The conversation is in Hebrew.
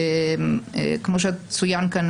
כמו שצוין כאן,